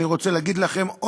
אני רוצה להגיד לכם,